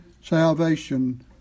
salvation